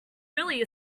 really